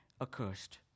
accursed